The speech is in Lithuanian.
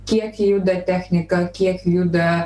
kiek juda technika kiek juda